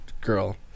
girl